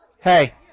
Hey